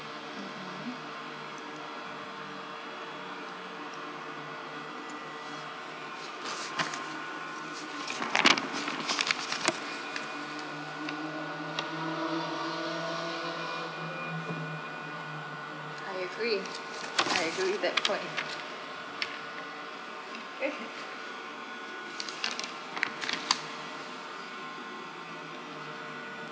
I agree I agree that point